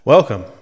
Welcome